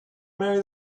marry